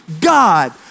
God